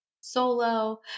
solo